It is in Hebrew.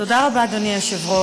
תודה רבה, אדוני היושב-ראש.